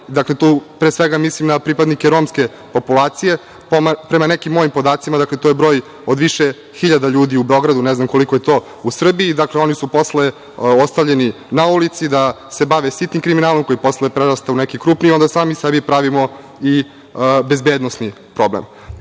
Dakle, tu pre svega mislim da pripadnike romske populacije. Prema nekim mojim podacima, to je broj od više hiljada ljudi u Beogradu, ne znam koliko je to u Srbiji. Dakle, oni su posle ostavljeni na ulici da se bave sitnim kriminalom, koji posle prerasta u neki krupniji, onda sami sebi pravimo i bezbednosni problem. Takođe